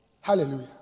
Hallelujah